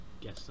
guess